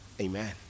amen